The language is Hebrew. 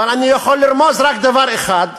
אבל אני יכול לרמוז רק דבר אחד,